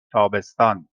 تابستان